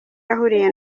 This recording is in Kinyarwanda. yahuriye